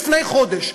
לפני חודש,